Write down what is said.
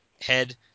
head